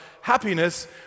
happiness